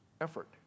effort